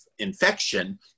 infection